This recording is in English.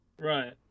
Right